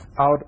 out